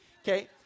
okay